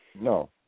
No